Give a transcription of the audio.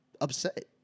upset